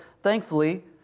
Thankfully